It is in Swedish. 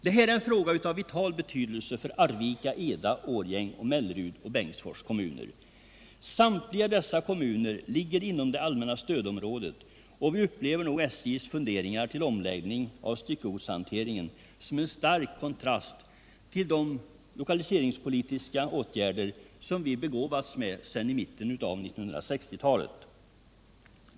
Det här är en fråga av vital betydelse för Arvika, Eda, Årgängs, Melleruds och Bengtsfors kommuner. Samtliga dessa kommuner ligger inom det allmänna stödområdet, och vi anser att SJ:s funderingar på omläggning av styckegodshanteringen står i stark kontrast till de lokaliseringspolitiska åtgärder som vi begåvats med sedan mitten av 1960-talet.